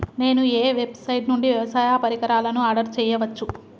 నేను ఏ వెబ్సైట్ నుండి వ్యవసాయ పరికరాలను ఆర్డర్ చేయవచ్చు?